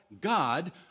God